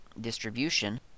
distribution